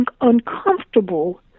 uncomfortable